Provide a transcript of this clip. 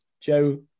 Joe